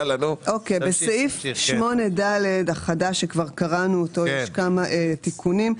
בסעיף 8ד החדש, שכבר קראנו אותו, יש כמה תיקונים.